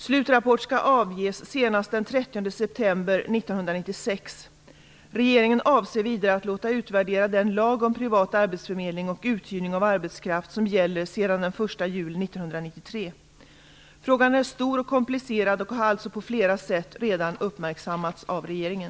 Slutrapport skall avges senast den 30 september 1996. Regeringen avser vidare att låta utvärdera den lag om privat arbetsförmedling och uthyrning av arbetskraft som gäller sedan den 1 juli 1993. Frågan är stor och komplicerad och har alltså på flera sätt redan uppmärksammats av regeringen.